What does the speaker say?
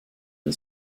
and